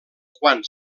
quan